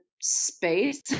space